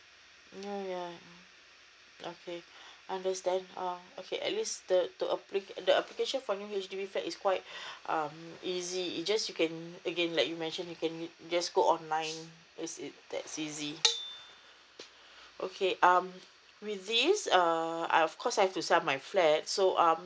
ya ya I know okay understand uh okay at least the to appli~ the application for new H_D_B flat is quite um easy it just you can again like you mentioned you can just go online it's it that's easy okay um with this um of course I to sell my flat so um